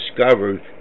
discovered